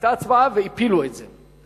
היתה הצבעה והפילו את זה.